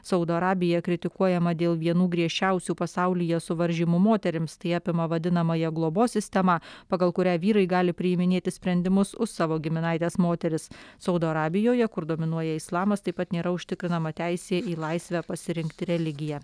saudo arabija kritikuojama dėl vienų griežčiausių pasaulyje suvaržymų moterims tai apima vadinamąją globos sistemą pagal kurią vyrai gali priiminėti sprendimus už savo giminaites moteris saudo arabijoje kur dominuoja islamas taip pat nėra užtikrinama teisė į laisvę pasirinkti religiją